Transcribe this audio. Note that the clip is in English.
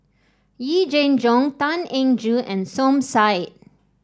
Yee Jenn Jong Tan Eng Joo and Som Said